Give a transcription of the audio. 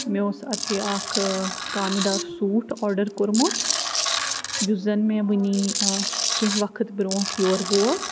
مےٚ اوس اَتہِ یہِ اکھ کامہِ دار سوٗٹ آرڈر کوٚرمُت یُس زَن مےٚ وٕنی کیٚنٛہہ وقت برٛونٛٹھ یور ووت